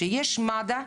כשיש מד"א,